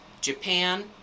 Japan